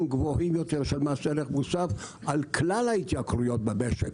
גבוהים יותר של מס ערך מוסף על כלל ההתייקרויות במשק.